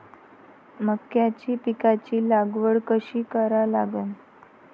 मक्याच्या पिकाची लागवड कशी करा लागन?